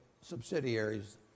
subsidiaries